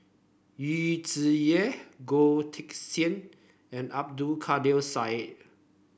Yu Zhuye Goh Teck Sian and Abdul Kadir Syed